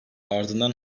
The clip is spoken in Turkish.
ardından